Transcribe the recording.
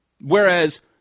Whereas